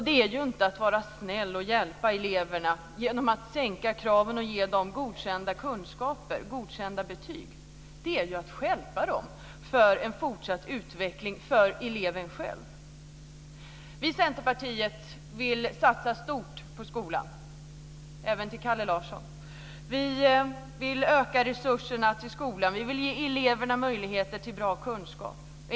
Det är inte att vara snäll och hjälpa eleverna om man sänker kraven och ger dem godkända betyg. Det är att stjälpa dem och deras fortsatta utveckling. Vi i Centerpartiet vill satsa stort på skolan. Det säger jag även till Kalle Larsson. Vi vill öka resurserna till skolan. Vi vill ge eleverna möjligheter till bra kunskap.